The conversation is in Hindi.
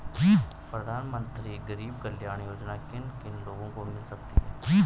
प्रधानमंत्री गरीब कल्याण योजना किन किन लोगों को मिल सकती है?